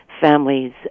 families